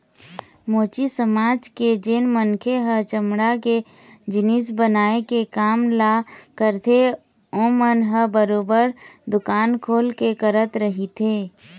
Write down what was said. मोची समाज के जेन मनखे ह चमड़ा के जिनिस बनाए के काम ल करथे ओमन ह बरोबर दुकान खोल के करत रहिथे